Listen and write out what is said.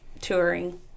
touring